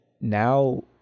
now